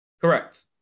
Correct